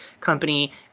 company